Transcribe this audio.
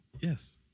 Yes